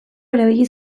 erabili